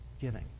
giving